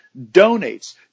donates